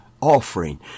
offering